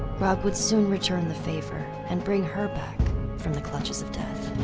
grog would soon return the favor and bring her back from the clutches of death.